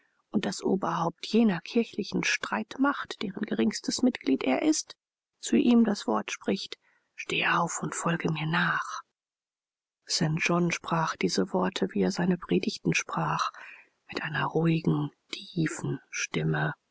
und das oberhaupt jener kirchlichen streitmacht deren geringstes mitglied er ist zu ihm das wort spricht steh auf und folge mir nach st john sprach diese worte wie er seine predigten sprach mit einer ruhigen tiefen stimme